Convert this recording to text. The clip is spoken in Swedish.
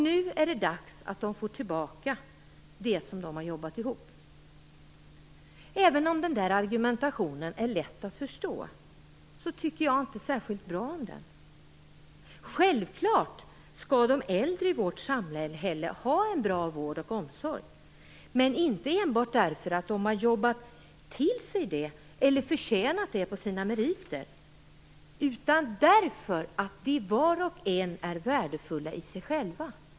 Nu är det dags att de får tillbaka det som de har jobbat ihop. Även om den argumentationen är lätt att förstå tycker jag inte särskilt bra om den. Självklart skall de äldre i vårt samhälle ha bra vård och omsorg, men inte enbart däför att de har jobbat sig till det, eller förtjänat det på sina meriter, utan därför att de är värdefulla i sig själva.